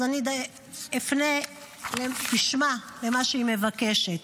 אז אני אפנה בשמה, מה שהיא מבקשת: